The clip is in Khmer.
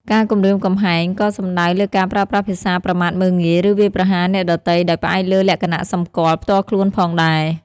ការគំរាមកំហែងក៏សំដៅលើការប្រើប្រាស់ភាសាប្រមាថមើលងាយ ឬវាយប្រហារអ្នកដទៃដោយផ្អែកលើលក្ខណៈសម្គាល់ផ្ទាល់ខ្លួនផងដែរ។